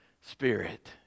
Spirit